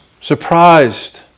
surprised